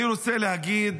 אני רוצה להגיד